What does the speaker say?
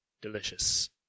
Delicious